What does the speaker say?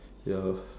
ya